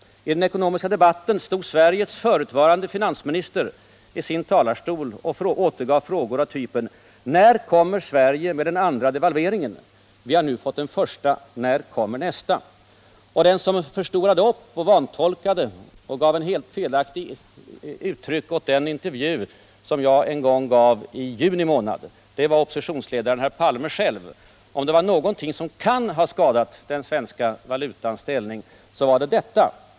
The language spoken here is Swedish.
I den ekonomiska debatten stod sedan Sveriges förutvarande finansminister i talarstolen och återgav frågor av typen: ”När kommer Sverige med den andra devalveringen?” ”Vi har nu fått den första. När kommer nästa?” Den som förstorade upp, vantolkade och gav ett helt felaktigt intryck av den intervju som jag gav i juni månad var oppositionsledaren, herr Palme själv. Om det var någonting som kan ha skadat den svenska valutans ställning så var det detta.